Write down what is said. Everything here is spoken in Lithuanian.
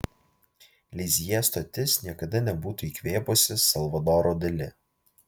lizjė stotis niekada nebūtų įkvėpusi salvadoro dali